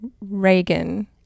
Reagan